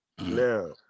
Now